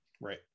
right